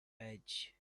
edge